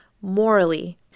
morally